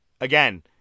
again